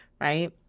right